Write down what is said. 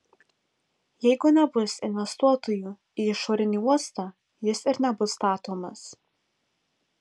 jeigu nebus investuotojų į išorinį uostą jis ir nebus statomas